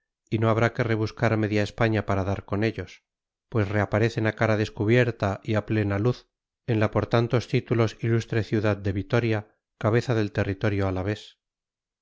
y no habrá que rebuscar media españa para dar con ellos pues reaparecen a cara descubierta y a plena luz en la por tantos títulos ilustre ciudad de vitoria cabeza del territorio alavés álava